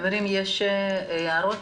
יש הערות?